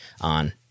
on